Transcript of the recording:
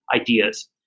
ideas